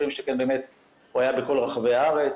מחיר למשתכן היה בכל רחבי הארץ,